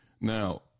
now